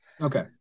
Okay